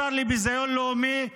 השר לביזיון לאומי,